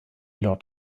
lord